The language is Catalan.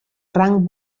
rang